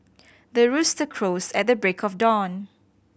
the rooster crows at the break of dawn